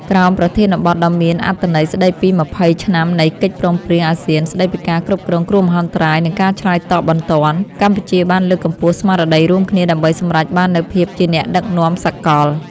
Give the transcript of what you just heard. ក្រោមប្រធានបទដ៏មានអត្ថន័យស្តីពី ២០ ឆ្នាំនៃកិច្ចព្រមព្រៀងអាស៊ានស្តីពីការគ្រប់គ្រងគ្រោះមហន្តរាយ និងការឆ្លើយតបបន្ទាន់ កម្ពុជាបានលើកកម្ពស់ស្មារតីរួមគ្នាដើម្បីសម្រេចបាននូវភាពជាអ្នកដឹកនាំសកល។